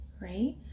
Right